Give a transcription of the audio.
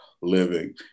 living